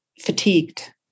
fatigued